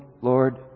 Lord